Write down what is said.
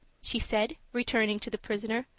she said, returning to the prisoner.